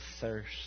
thirst